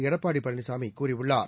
எடப்பாடி பழனிசாமி கூறியுள்ளார்